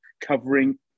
covering